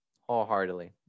wholeheartedly